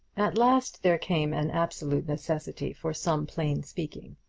at last there came an absolute necessity for some plain speaking.